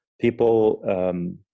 people